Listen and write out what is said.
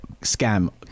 scam